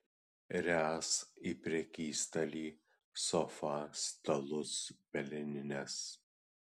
ręs į prekystalį sofą stalus pelenines